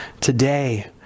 today